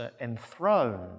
enthroned